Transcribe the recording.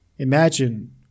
Imagine